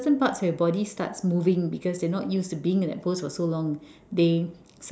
certain parts of your body starts moving because they're not used to being in that pose for so long they